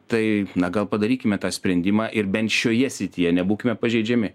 taip na gal padarykime tą sprendimą ir bent šioje srityje nebūkime pažeidžiami